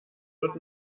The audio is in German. wird